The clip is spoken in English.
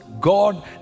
God